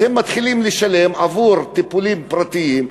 אז הם מתחילים לשלם עבור טיפולים פרטיים,